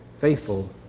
faithful